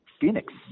Phoenix